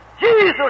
Jesus